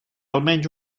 almenys